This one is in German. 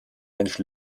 mensch